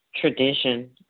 tradition